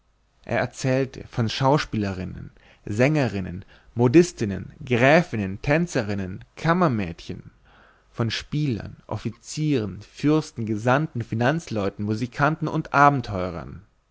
er erzählte von schauspielerinnen sängerinnen modistinnen gräfinnen tänzerinnen kammermädchen von spielern offizieren fürsten gesandten finanzleuten musikanten und abenteurern